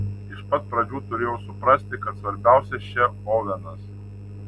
iš pat pradžių turėjau suprasti kad svarbiausias čia ovenas